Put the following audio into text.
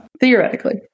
Theoretically